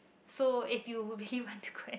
so if you would really want to go and